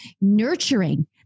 nurturing